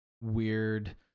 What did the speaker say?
weird